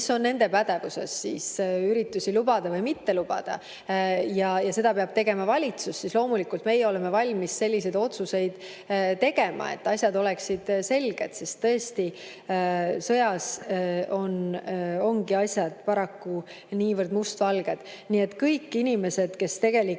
mis on nende pädevuses, siis [otsuse, kas] üritust lubada või mitte lubada, peab tegema valitsus. Siis loomulikult meie oleme valmis selliseid otsuseid tegema, et asjad oleksid selged, sest sõjas tõesti ongi asjad paraku niivõrd mustvalged. Nii et kõik inimesed, kes tegelikult